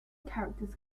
characters